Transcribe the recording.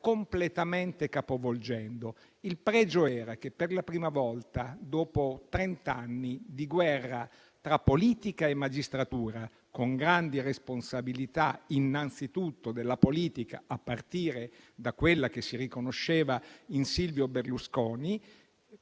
completamente capovolgendo. Il pregio era che per la prima volta, dopo trent'anni di guerra tra politica e magistratura, con grandi responsabilità innanzitutto della politica, a partire da quella che si riconosceva in Silvio Berlusconi